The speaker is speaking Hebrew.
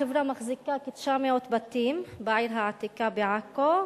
החברה מחזיקה כ-900 בתים בעיר העתיקה בעכו,